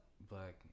black